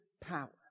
power